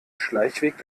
schleichweg